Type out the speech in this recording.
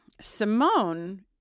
Simone